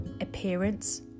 appearance